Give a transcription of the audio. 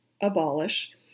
abolish